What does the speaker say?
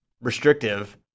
restrictive